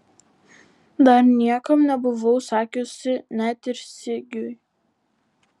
dar niekam nebuvau sakiusi net ir sigiui